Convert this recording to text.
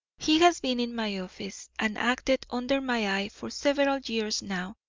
he has been in my office and acted under my eye for several years now,